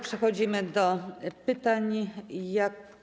Przechodzimy do pytań.